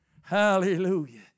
Hallelujah